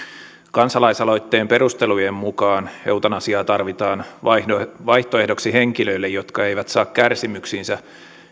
kansalaisaloitteen perustelujen mukaan eutanasiaa tarvitaan vaihtoehdoksi vaihtoehdoksi henkilöille jotka eivät saa kärsimyksiinsä